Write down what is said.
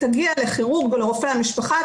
תגיע לכירורג או לרופא המשפחה,